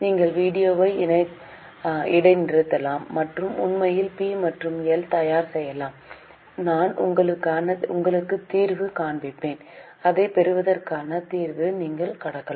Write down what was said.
நீங்கள் வீடியோவை இடைநிறுத்தலாம் மற்றும் உண்மையில் பி மற்றும் எல் தயார் செய்யலாம் நான் உங்களுக்கு தீர்வு காண்பிப்பேன் அதைப் பெறுவதற்கான தீர்வை நீங்கள் கடக்கலாம்